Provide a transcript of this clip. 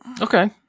Okay